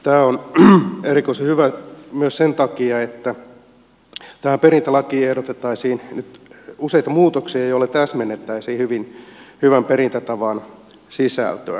tämä on erikoisen hyvä myös sen takia että tähän perintälakiin ehdotettaisiin nyt useita muutoksia joilla täsmennettäisiin hyvin hyvän perintätavan sisältöä